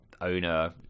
owner